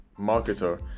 marketer